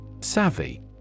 Savvy